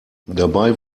dabei